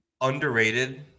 underrated